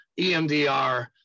EMDR